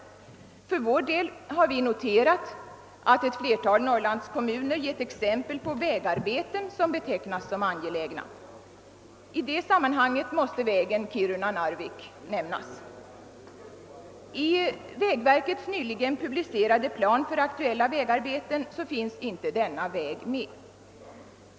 För vår del har vi noterat att många norrlandskommuner 'gett exempel på vägarbeten som beteck nas som angelägna. I det sammanhanget måste vägen Kiruna—Narvik nämnas. I vägverkets nyligen publicerade plan för aktuella vägarbeten finns inte denna väg med.